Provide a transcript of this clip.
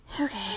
Okay